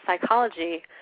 psychology